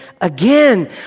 again